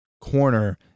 corner